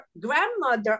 grandmother